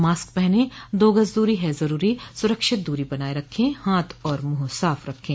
mask पहनें दो गज़ दूरी है ज़रूरी सुरक्षित दूरी बनाए रखें हाथ और मुंह साफ रखें